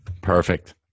Perfect